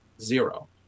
zero